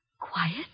quiet